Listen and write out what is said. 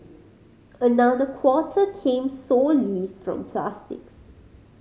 another quarter came solely from plastics